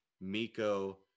Miko